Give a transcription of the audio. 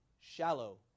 shallow